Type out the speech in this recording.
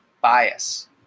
bias